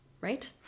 right